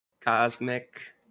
Cosmic